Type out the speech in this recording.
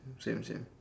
same same